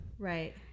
Right